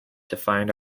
defined